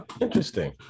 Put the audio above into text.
Interesting